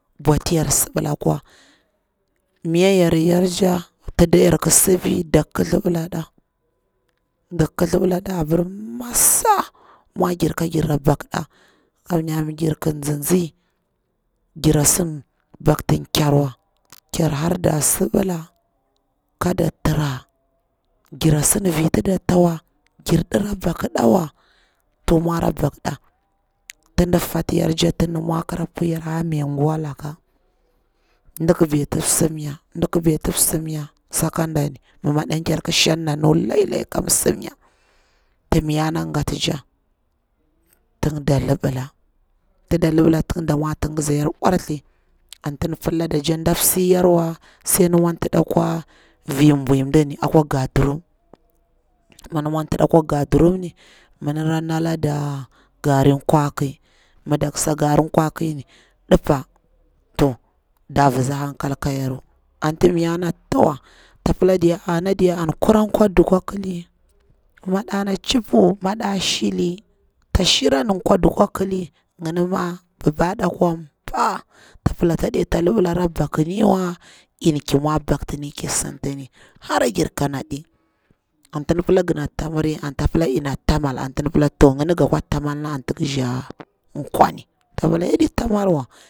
Bwati yar sibila kwa, miyayar yara teha tida yaru ƙi sifi ndak kithli bila nɗa apir massa mwa giri ka girra pakɗa, kamnya mi jirki tsitsi gira sidi pakti kyarwa, ker harda sibila kada traa gira sidi viti da tawa, gir ɗira pakɗawa, to mwara pakɗa, tia di fatiyar toha tin ɗi mwa kara pui yaru a ha unguwa laka, mdik beti msimnya sakadani mi madan ker shang ni ɗana nu lailai kan sim nya, ti mayanna ghati toha, tig da libilla tida libila tida mwa tin ngizayaru bwarthi, anti ndi pilalada teha nda msiyarwa sau ɗi mwantiɗa akwa vir bwui mdi ni akwa gadurum, mi dik mwantida akwa gadurum ni mi ndira nalada gari kwaki mi dik sa garin kwaki ni, dipa to da vitsi hankal aka yaru anti mayana tuwa, ta pila diya ana diya an kura kw duku a kili maɗana tchippu maɗa shili, ta shini an kwa duku aƙili, ngini ma babaɗa kwa paa, ta pila to ɗeta libila ra palani wa, in ki mwa paktini lai sintini hara gir kanaɗi, ondi pila gona ta miri, anta pila ina ta mel, to ngiri ga kwa ta mal ni antigi rishem kwam antsa libila wanwa.